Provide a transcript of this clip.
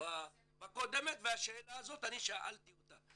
בדיון הקודם ושאלתי אותה את השאלה הזאת.